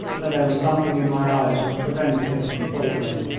but there was something in my eyes which prevented it from falling.